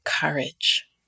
courage